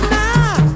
now